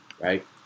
right